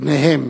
בניהם